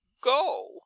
go